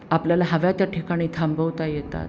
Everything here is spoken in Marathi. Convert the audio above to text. आपल्याला हव्या त्या ठिकाणी थांबवता येतात